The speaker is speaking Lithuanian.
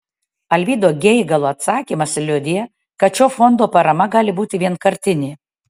alvydo geigalo atsakymas liudija kad šio fondo parama gali būti vienkartinė